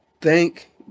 Thank